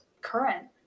current